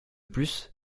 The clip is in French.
plus